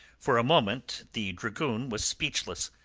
for a moment the dragoon was speechless.